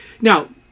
Now